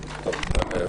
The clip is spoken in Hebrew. הנושא?